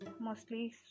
mostly